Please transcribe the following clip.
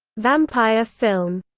vampire film